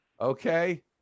Okay